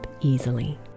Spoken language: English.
easily